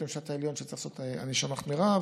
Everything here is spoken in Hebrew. המשפט העליון שצריך לעשות ענישה מחמירה,